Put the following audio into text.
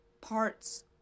parts